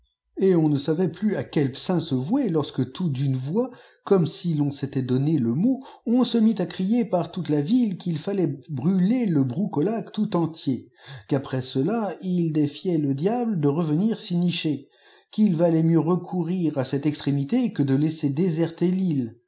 et on ne savait plus à quel saint se vouer lors que tout d'une voix comme si l'on s'était donné le mot on se mit à crier par toute la ville qu'il fallait brûler le broucolaque tout entier qu'après cela ils défiaient le diable de revenir s'y nicher qu'il valait mieux recourir à cette extrémité que de laisser déserter